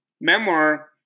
memoir